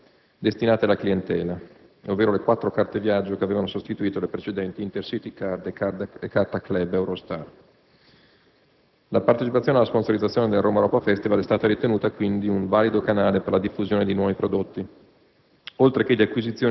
di Trenitalia destinate alla clientela (ovvero le quattro Carte Viaggio che avevano sostituito le precedenti Intercity Card e Carta Club Eurostar). La partecipazione alla sponsorizzazione del «Romaeuropa Festival» è stata ritenuta, quindi, un valido canale per la diffusione di nuovi prodotti,